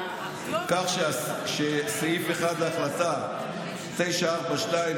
כך שסעיף 1 להחלטה 942,